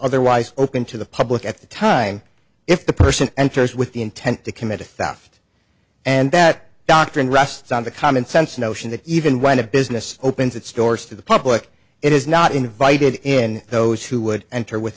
otherwise open to the public at the time if the person enters with the intent to commit a theft and that doctrine rests on the commonsense notion that even when a business opens its doors to the public it is not invited in those who would enter with